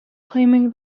claiming